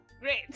Great